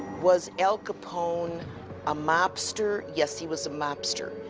was al capone a mobster? yes, he was a mobster.